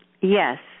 Yes